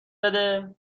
بده